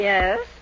Yes